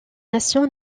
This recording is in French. nations